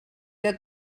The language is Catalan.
que